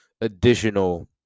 additional